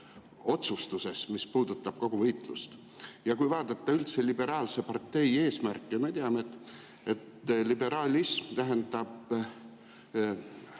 otsustuses, mis puudutab kogu võitlust. Kui vaadata üldse liberaalse partei eesmärke – me teame, et liberalism tähendab,